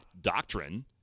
Doctrine